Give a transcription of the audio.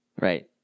right